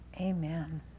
Amen